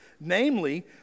Namely